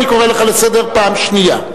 אני קורא אותך לסדר פעם שנייה.